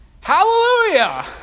Hallelujah